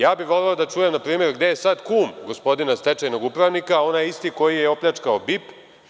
Ja bi voleo da čujem, npr. gde je sad kum gospodina stečajnog upravnika, onaj isti koji je opljačkao BIP.